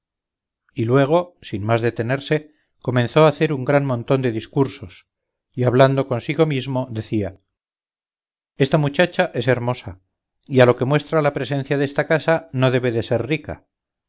y luego sin más detenerse comenzó a hacer un gran montón de discursos y hablando consigo mismo decía esta muchacha es hermosa y a lo que muestra la presencia desta casa no debe de ser rica